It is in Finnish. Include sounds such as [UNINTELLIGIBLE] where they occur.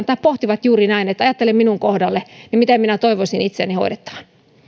[UNINTELLIGIBLE] tai pohtivat juuri näin että ajattele minun kohdalleni ja miten minä toivoisin itseäni hoidettavan